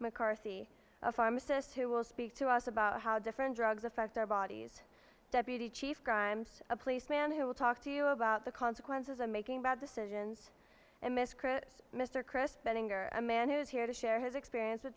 mccarthy a pharmacist who will speak to us about how different drugs affect our bodies deputy chief grimes a police man who will talk to you about the consequences of making bad decisions and miss chris mr chris bettinger a man who is here to share his experience with